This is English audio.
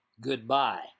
goodbye